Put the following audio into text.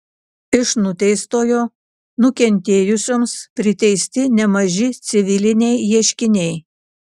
iš nuteistojo nukentėjusioms priteisti nemaži civiliniai ieškiniai